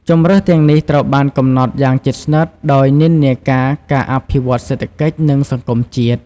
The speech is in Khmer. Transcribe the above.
ជម្រើសទាំងនេះត្រូវបានកំណត់យ៉ាងជិតស្និទ្ធដោយនិន្នាការអភិវឌ្ឍន៍សេដ្ឋកិច្ច និងសង្គមជាតិ។